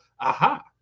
aha